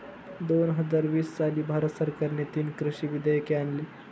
दोन हजार वीस साली भारत सरकारने तीन कृषी विधेयके आणली